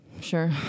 Sure